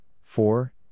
four